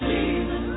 Jesus